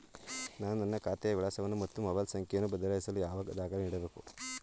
ನಾನು ನನ್ನ ಖಾತೆಯ ವಿಳಾಸವನ್ನು ಮತ್ತು ಮೊಬೈಲ್ ಸಂಖ್ಯೆಯನ್ನು ಬದಲಾಯಿಸಲು ಯಾವ ದಾಖಲೆ ನೀಡಬೇಕು?